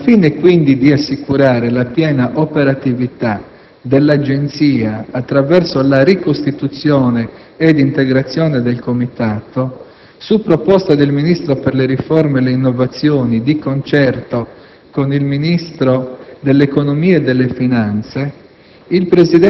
Al fine, quindi, di assicurare la piena operatività dell'Agenzia attraverso la ricostituzione ed integrazione del comitato, su proposta del Ministro per le riforme e le innovazioni, di concerto con il Ministro dell'economia e delle finanze,